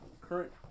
current